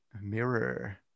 mirror